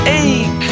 ache